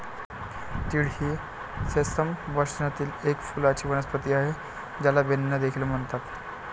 तीळ ही सेसमम वंशातील एक फुलांची वनस्पती आहे, ज्याला बेन्ने देखील म्हणतात